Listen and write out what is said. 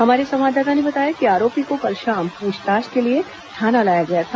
हमारे संवाददाता ने बताया कि आरोपी को कल शाम पूछताछ के लिए थाना लाया गया था